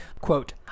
Quote